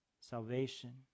Salvation